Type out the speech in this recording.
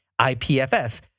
IPFS